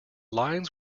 lines